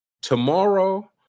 tomorrow